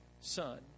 son